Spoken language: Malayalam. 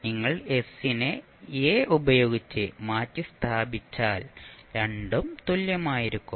നിങ്ങൾ s നെ a ഉപയോഗിച്ച് മാറ്റിസ്ഥാപിച്ചാൽ രണ്ടും തുല്യമായിരിക്കും